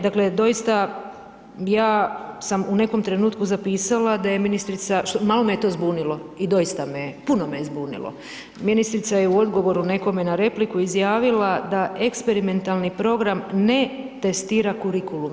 Dakle doista ja sam u nekom trenutku zapisala da je ministrica, malo me je to zbunilo i doista me je, puno me je zbunilo, ministrica je u odgovoru nekome na repliku izjavila da eksperimentalni program ne testira kurikulume.